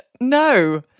no